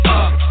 up